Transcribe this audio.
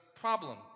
problem